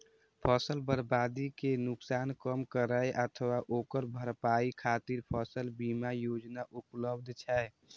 फसल बर्बादी के नुकसान कम करै अथवा ओकर भरपाई खातिर फसल बीमा योजना उपलब्ध छै